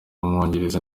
w’umwongereza